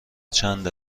چند